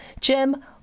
Jim